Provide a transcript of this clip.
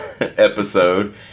episode